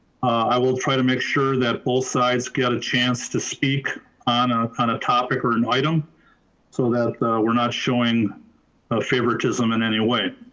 i will try to make sure that both sides get a chance to speak on a kind of topic or an item so that we're not showing favoritism in any way.